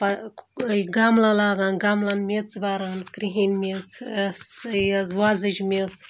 یہِ گَملہٕ لاگان گَملَن میٚژ بَران کِرٛہِنۍ میٚژ یہِ حظ وۄزٕج میٚژ